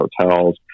Hotels